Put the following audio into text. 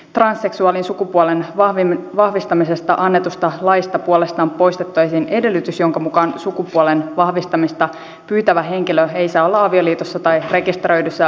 transseksuaalin sukupuolen vahvistamisesta annetusta laista puolestaan poistettaisiin edellytys jonka mukaan sukupuolen vahvistamista pyytävä henkilö ei saa olla avioliitossa tai rekisteröidyssä parisuhteessa